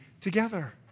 together